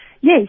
Yes